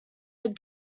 had